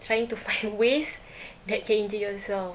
trying to find ways that can injure yourself